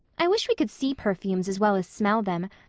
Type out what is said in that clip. i wish we could see perfumes as well as smell them.